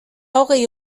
hogei